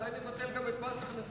אולי נבטל גם את מס הכנסה.